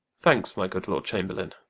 thankes my good lord chamberlaine.